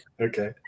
Okay